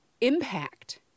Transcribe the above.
impact